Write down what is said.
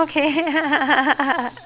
okay